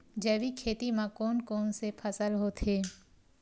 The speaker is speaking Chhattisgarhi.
जैविक खेती म कोन कोन से फसल होथे?